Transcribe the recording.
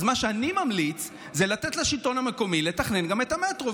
אז מה שאני ממליץ זה לתת לשלטון המקומי לתכנן גם את המטרו,